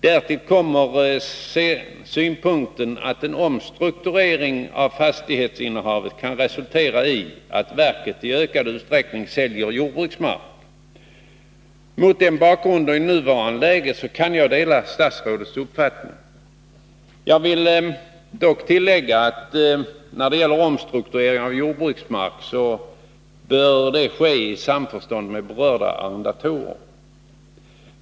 Därtill kommer synpunkten att en omstrukturering av fastighetsinnehavet kan resultera i att verket i ökad utsträckning säljer jordbruksmark. Mot den bakgrunden och i nuvarande läge kan jag dela statsrådets uppfattning. Jag vill dock tillägga att omstruktureringen av jordbruksmark bör ske i samförstånd med berörda arrendatorer.